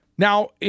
Now